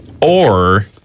Or-